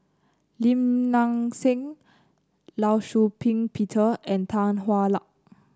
Lim Nang Seng Law Shau Ping Peter and Tan Hwa Luck